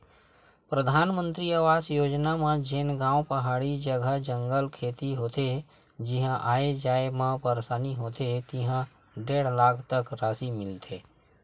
परधानमंतरी आवास योजना म जेन गाँव पहाड़ी जघा, जंगल कोती होथे जिहां आए जाए म परसानी होथे तिहां डेढ़ लाख तक रासि मिलथे